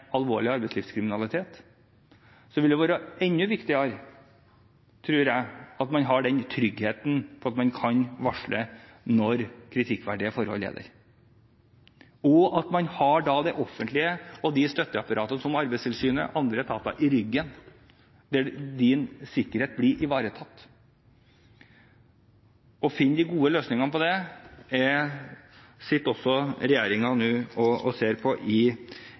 alvorlig arbeidslivskriminalitet, vil det være enda viktigere, tror jeg, at man har den tryggheten for at man kan varsle når kritikkverdige forhold er der, og at man har det offentlige, og støtteapparater som Arbeidstilsynet og andre etater, i ryggen – at ens sikkerhet blir ivaretatt. Det å finne de gode løsningene på det er noe regjeringen nå også sitter og ser på i